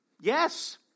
Yes